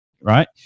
right